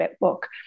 book